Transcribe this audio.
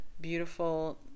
beautiful